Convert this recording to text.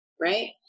Right